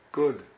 good